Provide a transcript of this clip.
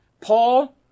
Paul